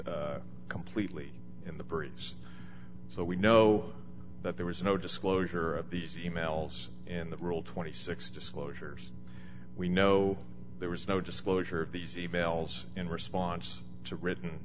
completely in the breeze so we know that there was no disclosure of these e mails in the rule twenty six disclosures we know there was no disclosure of these e mails in response to written